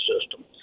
system